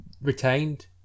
retained